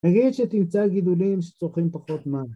אגיד שתמצא גידולים שצריכים פחות מן